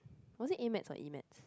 was it a-maths or e-maths